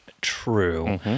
true